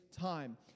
time